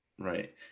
Right